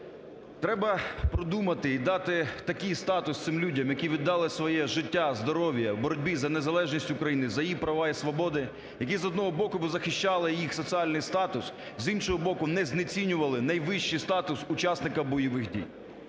Треба продумати і дати такий статус цим людям, які відали своє життя, здоров'я в боротьбі за незалежність України, за її права і свободи. Які, з одного боку, би захищали їх соціальний статус, з іншого боку, не знецінювали найвищий статус учасника бойових дій.